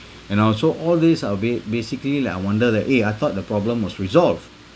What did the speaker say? you know so all these uh ba~ basically like I wonder that eh I thought the problem was resolved